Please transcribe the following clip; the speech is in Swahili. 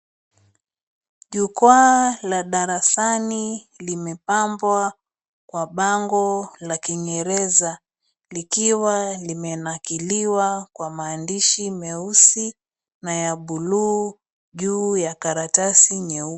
Jukwaa la darasani limepambwa kwa bango la kingereza likiwa limenakiliwa kwa maandishi meusi na ya buluu juu ya karatasi nyeupe.